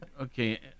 Okay